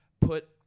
put